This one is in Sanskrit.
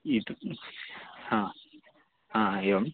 इति एवं